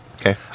Okay